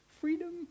freedom